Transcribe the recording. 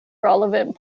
relevant